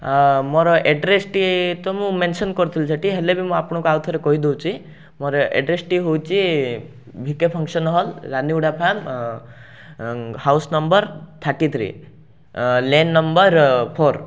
ଆ ମୋର ଆଡ଼୍ରେସ୍ଟି ତ ମୁଁ ମେନ୍ସନ୍ କରିଥିଲି ହେଲେ ସେଇଠି ହେଲେ ବି ଆପଣଙ୍କୁ ଆଉଥରେ କହିଦେଉଛି ମୋର ଆଡ଼୍ରେସ୍ଟି ହେଉଛି V K function hall Raniguda farm house number thirty three A lane number four